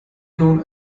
nun